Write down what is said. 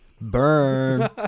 Burn